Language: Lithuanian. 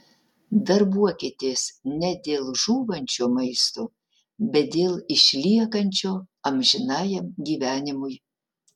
darbuokitės ne dėl žūvančio maisto bet dėl išliekančio amžinajam gyvenimui